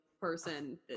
person